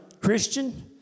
Christian